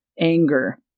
anger